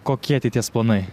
kokie ateities planai